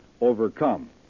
overcome